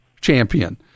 champion